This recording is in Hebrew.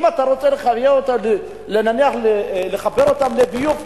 אם אתה רוצה נניח לחבר אותם לביוב מרכזי,